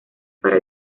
para